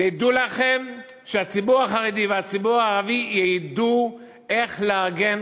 תדעו לכם שהציבור החרדי והציבור הערבי ידעו איך לארגן